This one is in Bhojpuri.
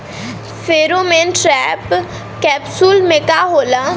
फेरोमोन ट्रैप कैप्सुल में का होला?